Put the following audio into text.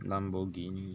lamborghini